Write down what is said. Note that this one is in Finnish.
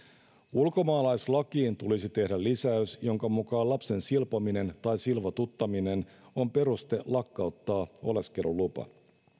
ulkomaalaislakiin tulisi tehdä lisäys jonka mukaan lapsen silpominen tai silvotuttaminen on peruste lakkauttaa oleskelulupa